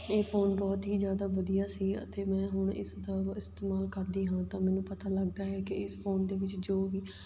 ਇਹ ਫ਼ੋਨ ਬਹੁਤ ਹੀ ਜ਼ਿਆਦਾ ਵਧੀਆ ਸੀ ਅਤੇ ਮੈਂ ਹੁਣ ਇਸ ਦਾ ਵ ਇਸਤੇਮਾਲ ਕਰਦੀ ਹਾਂ ਤਾਂ ਮੈਨੂੰ ਪਤਾ ਲੱਗਦਾ ਹੈ ਕਿ ਇਸ ਫ਼ੋਨ ਦੇ ਵਿੱਚ ਜੋ ਵੀ